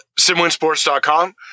SimWinSports.com